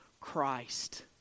Christ